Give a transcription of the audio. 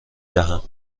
دهم